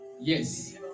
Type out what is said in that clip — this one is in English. Yes